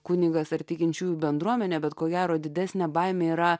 kunigas ar tikinčiųjų bendruomenė bet ko gero didesnė baimė yra